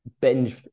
binge